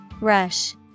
Rush